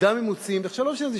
בסופו של דבר,